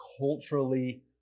culturally